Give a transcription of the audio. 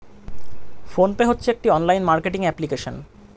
phone pay হচ্ছে একটি online marketing application